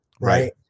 Right